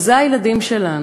ואלה הילדים שלנו,